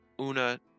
Una